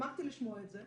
שמחתי לשמוע את זה.